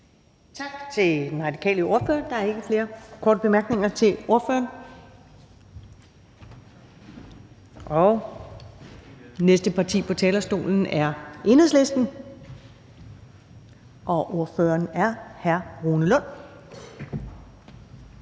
Tak til den radikale ordfører. Der er ikke flere korte bemærkninger til ordføreren. Næste parti på talerstolen er Enhedslisten, og ordføreren er hr. Rune Lund.